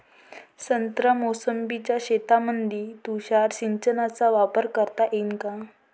संत्रा मोसंबीच्या शेतामंदी तुषार सिंचनचा वापर करता येईन का?